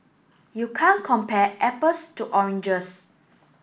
you can't compare apples to oranges